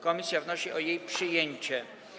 Komisja wnosi o jej przyjęcie.